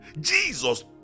Jesus